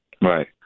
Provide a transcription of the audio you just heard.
Right